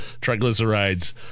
Triglycerides